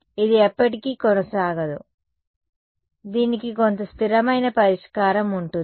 ఇది ఎప్పటికీ కొనసాగదు దీనికి కొంత స్థిరమైన పరిష్కారం ఉంటుంది